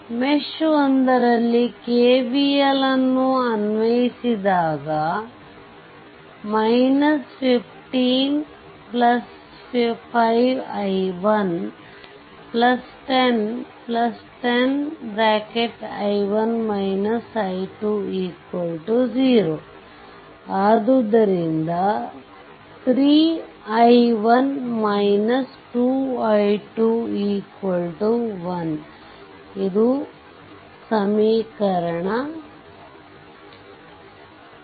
mesh 1 ರಲ್ಲಿ KVL ನ್ನು ಅನ್ವಯಿಸಿದಾಗ 15 5i110100 ಆದ್ದರಿಂದ 3i1 2i21